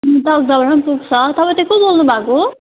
तकदाबाट पनि पुग्छ तपाईँ चाहिँ को बोल्नु भएको